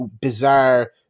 bizarre